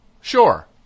Sure